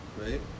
Right